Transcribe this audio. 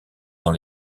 dans